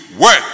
work